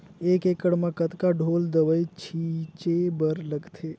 एक एकड़ म कतका ढोल दवई छीचे बर लगथे?